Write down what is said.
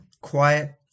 quiet